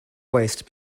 waste